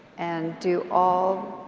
and do all,